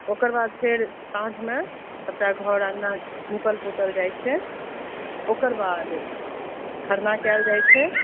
ओकर बाद फेर साँझमे सबटा घर अँगना नीपल पोतल जाइ छै ओकर बाद खरना कएल जाइ छै